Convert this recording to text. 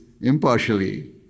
impartially